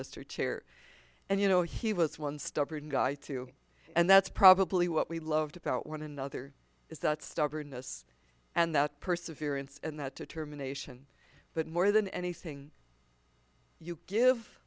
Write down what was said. mr chair and you know he was one stubborn guy too and that's probably what we loved about one another is that stubbornness and that perseverance and that determination but more than anything you give